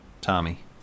Tommy